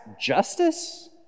justice